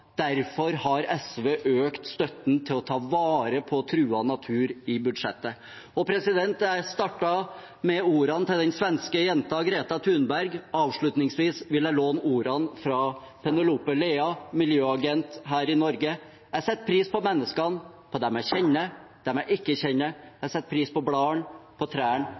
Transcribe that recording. Derfor har SV i budsjettet økt støtten til å ta vare på truet natur. Jeg startet med ordene til den svenske jenta Greta Thunberg. Avslutningsvis vil jeg låne ordene fra Penelope Lea, miljøagent her i Norge: «Jeg setter pris på menneskene, på de jeg kjenner og de jeg ikke kjenner. Jeg setter pris på bladene, jeg setter pris på